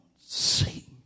see